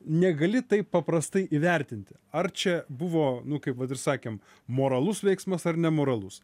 negali taip paprastai įvertinti ar čia buvo nu kaip vat ir sakėm moralus veiksmas ar nemoralus